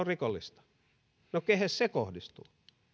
rikollista no kehenkäs se kohdistuu